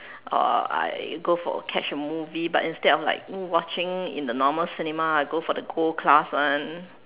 or I go for catch a movie but instead of like watching in the normal cinema I go for the gold class one